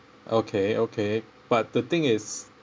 okay okay but the thing is